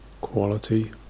quality